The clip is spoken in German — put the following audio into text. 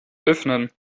öffnen